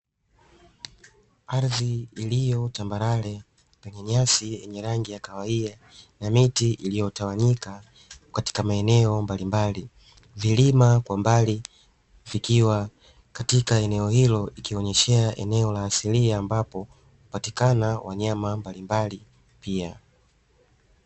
Ardhi iliyotambarare yenye nyasi yenye rangi ya kahawia na miti iliyotawanyika katika maeneo mbalimbali, vilima kwa mbali vikiwa katika eneo hilo, ikioneshea eneo la asili ambapo hupatikana wanyama mbalimbali pia.